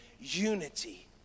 unity